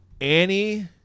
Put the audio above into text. Annie